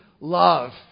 love